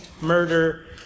murder